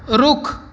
ਰੁੱਖ